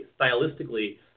stylistically